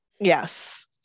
yes